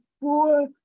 four